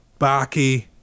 Baki